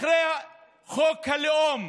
אחרי חוק הלאום.